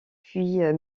puis